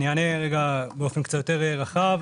אני אענה באופן קצת יותר רחב.